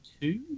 two